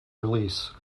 release